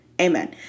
amen